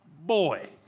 Boy